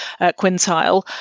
quintile